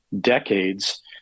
decades